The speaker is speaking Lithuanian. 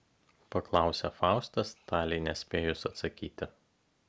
paklausė faustas talei nespėjus atsakyti